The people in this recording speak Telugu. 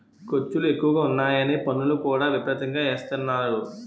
ఖర్చులు ఎక్కువగా ఉన్నాయని పన్నులు కూడా విపరీతంగా ఎసేత్తన్నారు